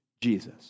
Jesus